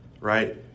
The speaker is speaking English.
right